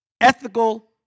Ethical